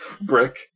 brick